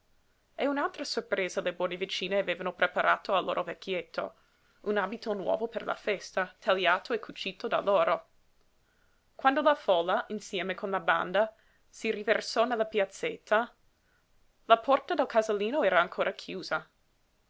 e un'altra sorpresa le buone vicine avevano preparato al loro vecchietto un abito nuovo per la festa tagliato e cucito da loro quando la folla insieme con la banda si riversò nella piazzetta la porta del casalino era ancora chiusa